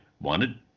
wanted